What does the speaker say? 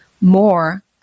more